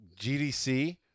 GDC